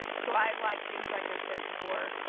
so i like things, like i've said before,